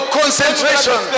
concentration